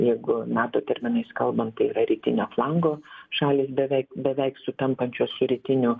jeigu nato terminais kalbant tai yra rytinio flango šalys beveik beveik sutampančios su rytiniu